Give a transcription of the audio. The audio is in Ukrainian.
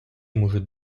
можуть